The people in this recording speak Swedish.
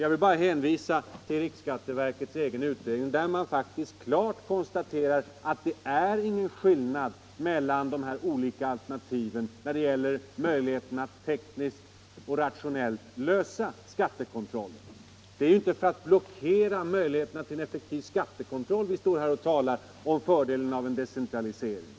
Jag vill bara hänvisa till riksskatteverkets egen utredning, där man faktiskt klart konstaterar att det inte är någon skillnad mellan de olika alternativen när det gäller möjligheterna att tekniskt och rationellt lösa skattekontrollen. Det är inte för att blockera möjligheterna till en effektiv skattekontroll vi står här och talar om fördelen av en decentralisering.